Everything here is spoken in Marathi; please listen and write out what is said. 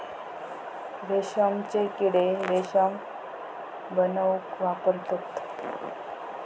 रेशमचे किडे रेशम बनवूक वापरतत